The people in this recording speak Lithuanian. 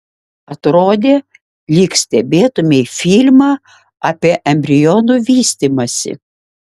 atrodė lyg stebėtumei filmą apie embrionų vystymąsi